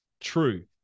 true